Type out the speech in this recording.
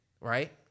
right